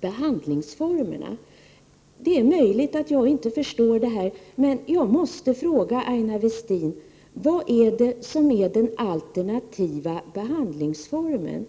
behandlingsformerna. Det är möjligt att jag inte förstår det här, men jag måste fråga Aina Westin: Vad är det som är den alternativa behandlingsformen?